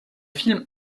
film